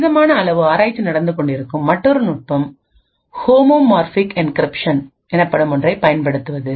கணிசமான அளவு ஆராய்ச்சி நடந்து கொண்டிருக்கும் மற்றொரு நுட்பம் ஹோமோமார்பிக் என்கிரிப்ஷன் எனப்படும் ஒன்றைப் பயன்படுத்துவது